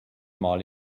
mal